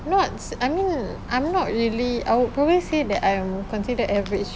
nots I mean I'm not really I would probably say that I am considered average